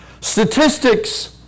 Statistics